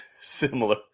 similar